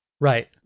right